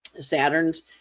Saturn's